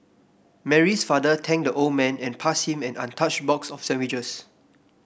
Mary's father thanked the old man and passed him an untouched box of sandwiches